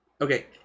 okay